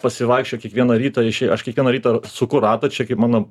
pasivaikščiot kiekvieną rytą aš kiekvieną rytą suku ratą čia kaip mano